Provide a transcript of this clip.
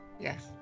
Yes